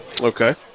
Okay